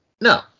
No